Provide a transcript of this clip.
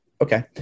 Okay